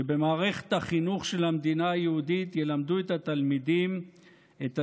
שבמערכת החינוך של המדינה היהודית ילמדו את התלמידים את השיר,